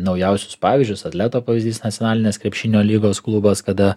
naujausius pavyzdžius atleto pavyzdys nacionalinės krepšinio lygos klubas kada